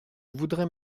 voudrais